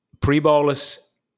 pre-bolus